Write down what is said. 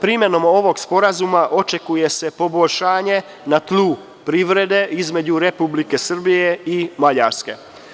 Primenom ovog sporazuma očekuje se poboljšanje na tlu privrede između Republike Srbije i Mađarske.